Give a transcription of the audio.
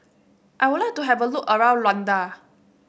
I would like to have a look around Luanda